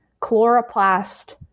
chloroplast